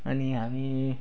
अनि हामी